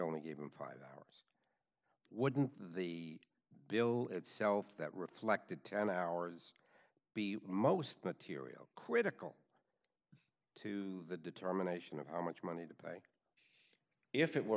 only gave him five hours wouldn't the bill itself that reflected ten hours be most but tiriel critical to the determination of how much money to pay if it were